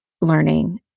learning